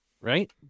Right